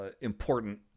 important